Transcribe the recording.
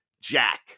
Jack